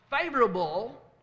favorable